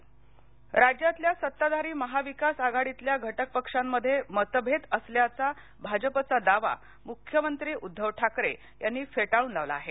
ठाकरे राज्यातल्या सत्ताधारी महाविकास आघाडीतल्या घटकपक्षांमधे मतभेद असल्याचा भाजपाचा दावा मुख्यमंत्री उद्धव ठाकरे यांनी फेटाळून लावला आहे